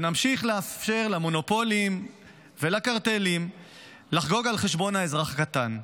שנמשיך לאפשר למונופולים ולקרטלים לחגוג על חשבון האזרח הקטן.